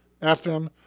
FM